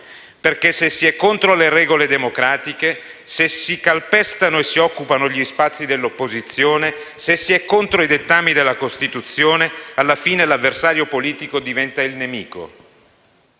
perché se si è contro le regole democratiche, se si calpestano e si occupano gli spazi dell'opposizione e se si è contro i dettami della Costituzione, alla fine, l'avversario politico diventa il nemico.